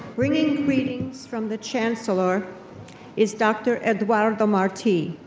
bringing greetings from the chancellor is dr. eduardo marti,